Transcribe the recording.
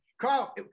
Carl